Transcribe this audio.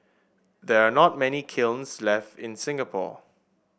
there are not many kilns left in Singapore